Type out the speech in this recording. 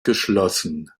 geschlossen